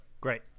Great